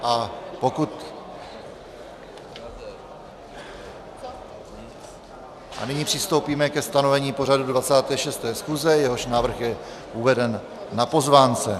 A nyní přistoupíme ke stanovení pořadu 26. schůze, jehož návrh je uveden na pozvánce.